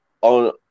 on